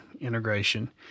integration